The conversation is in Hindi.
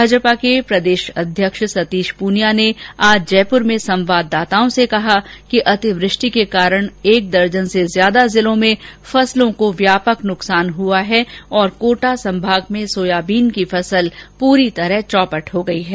भाजपा के प्रदेश अध्यक्ष सतीश पूनिया ने आज जयपुर में संवाददाताओं से कहा कि अतिवृष्टि के कारण एक दर्जन से ज्यादा जिलों में फसलों को व्यापक नुकसान हुआ है और कोटा संभाग में सोयाबीन की फसल पूरी तरह चौपट हो गयी है